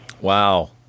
Wow